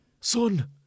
son